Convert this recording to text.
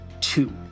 two